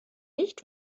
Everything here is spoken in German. nicht